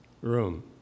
room